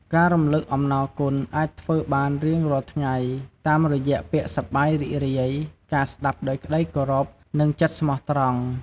ការរំលឹកអំណរគុណអាចធ្វើបានរៀងរាល់ថ្ងៃ តាមរយៈពាក្យសប្បាយរីករាយ ការស្តាប់ដោយក្តីគោរព និងចិត្តស្មោះត្រង់។